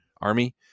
Army